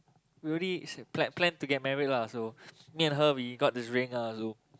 we already se~ plan plan to get married lah so me and her we got this ring ah so